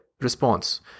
response